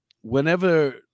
whenever